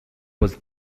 was